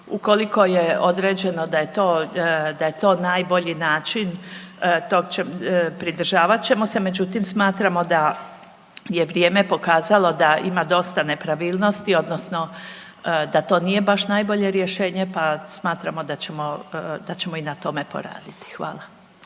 ukoliko je određeno da je to najbolji način pridržavat ćemo se, međutim smatramo da je vrijeme pokazalo da ima dosta nepravilnost onda da to nije najbolje rješenje pa smatramo da ćemo i na tome poraditi. Hvala.